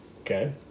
Okay